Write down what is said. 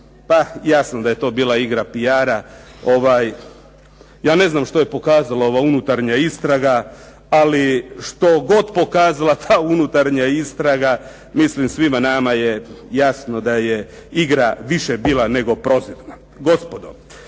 pa jasno da je to bilo igra PR-a. Ja ne znam što je pokazala ova unutarnja istraga, ali što god pokazala ta unutarnja istraga mislim svima nama je jasno da je igra više bila nego prozirna.